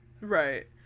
Right